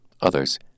Others